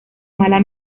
mala